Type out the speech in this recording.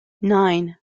nine